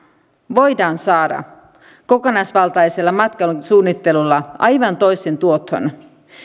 voidaan saada kokonaisvaltaisella matkailun suunnittelulla aivan toiseen tuottoon